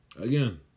Again